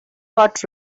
got